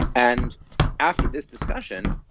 and after this discussion,